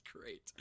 great